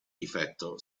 difetto